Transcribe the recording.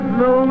no